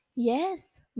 Yes